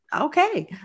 okay